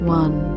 one